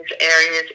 areas